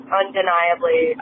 undeniably